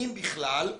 אם בכלל,